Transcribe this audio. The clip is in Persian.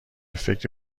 فکر